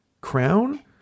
crown